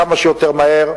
כמה שיותר מהר,